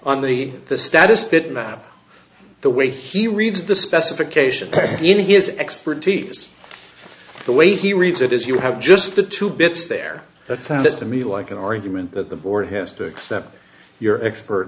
on the status bit map the way he reads the specifications in his expertise the way he reads it is you have just the two bits there that sounds to me like an argument that the board has to accept your expert